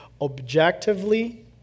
objectively